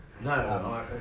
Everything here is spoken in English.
No